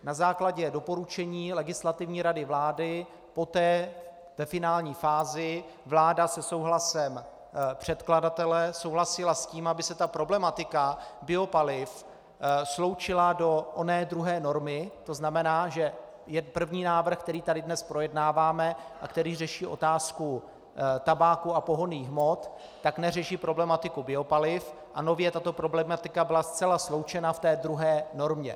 Na základě doporučení Legislativní rady vlády poté ve finální fázi vláda se souhlasem předkladatele souhlasila s tím, aby se problematika biopaliv sloučila do oné druhé normy, tzn. že první návrh, který tady dnes projednáváme a který řeší otázku tabáku a pohonných hmot, neřeší problematiku biopaliv a nově tato problematika byla zcela sloučena v té druhé normě.